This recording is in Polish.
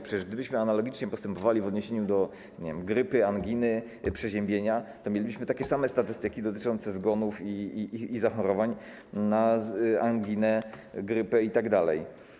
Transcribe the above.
Przecież gdybyśmy analogicznie postępowali w odniesieniu do grypy, anginy, przeziębienia, to mielibyśmy takie same statystyki dotyczące zgonów i zachorowań na anginę, grypę itd.